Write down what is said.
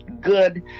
good